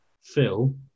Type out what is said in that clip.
Phil